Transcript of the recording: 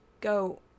go